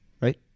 right